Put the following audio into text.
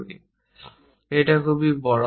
যদি এটি খুব বড় হয়